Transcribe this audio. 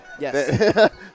Yes